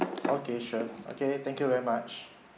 okay sure okay thank you very much